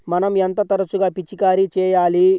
మనం ఎంత తరచుగా పిచికారీ చేయాలి?